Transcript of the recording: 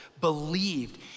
believed